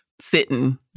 sitting